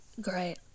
Great